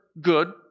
good